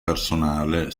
personale